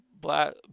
black